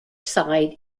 side